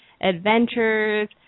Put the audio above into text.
adventures